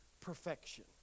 perfection